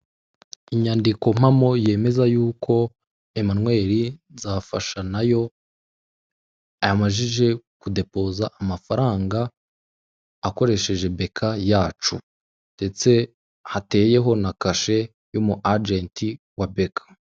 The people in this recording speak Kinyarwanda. Inyandiko mpamo yemeza y'uko Emmanuel Nzafashanayo yamajije kudepoza amafaranga akoresheje beka yacu ndetse hateyeho na kashe y'umu agenti wa beka.